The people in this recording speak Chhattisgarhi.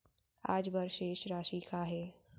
आज बर शेष राशि का हे?